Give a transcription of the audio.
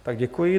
Tak děkuji.